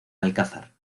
alcázar